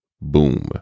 Boom